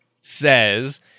says